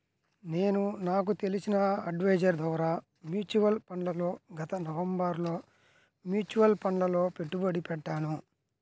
నేను నాకు తెలిసిన అడ్వైజర్ ద్వారా మ్యూచువల్ ఫండ్లలో గత నవంబరులో మ్యూచువల్ ఫండ్లలలో పెట్టుబడి పెట్టాను